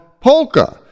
polka